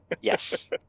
Yes